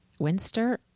Winster